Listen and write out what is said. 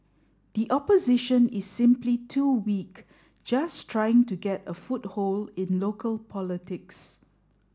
the opposition is simply too weak just trying to get a foothold in local politics